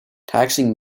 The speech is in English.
taxing